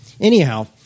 Anyhow